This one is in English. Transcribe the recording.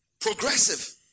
progressive